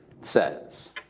says